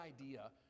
idea